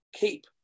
Keep